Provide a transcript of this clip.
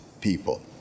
people